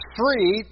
free